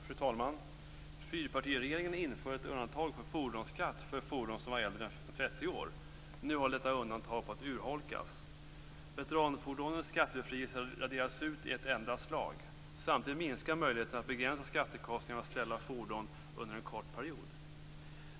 Fru talman! Fyrpartiregeringen införde ett undantag från fordonsskatt för fordon som är äldre än 30 år. Nu håller detta undantag på att urholkas. Veteranfordonens skattebefrielse raderas ut i ett enda slag. Samtidigt minskar möjligheten att begränsa skattekostnaden genom att ställa fordon under en kort period.